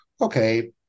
okay